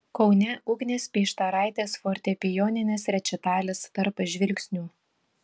kaune ugnės peištaraitės fortepijoninis rečitalis tarp žvilgsnių